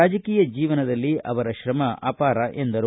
ರಾಜಕೀಯ ಜೀವನದಲ್ಲಿ ಅವರ ಶ್ರಮ ಅಪಾರ ಎಂದರು